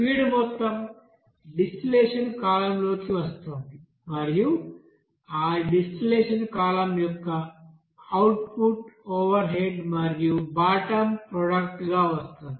feed మొత్తం distillation కాలమ్లోకి వస్తోంది మరియు ఆ డిస్టిలేషన్ కాలమ్ యొక్క అవుట్పుట్ ఓవర్హెడ్ మరియు బాటమ్ ప్రోడక్ట్ గా వస్తుంది